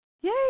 Yay